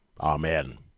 Amen